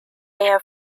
air